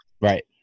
Right